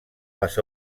les